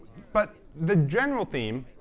but the general theme,